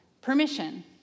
permission